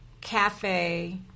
cafe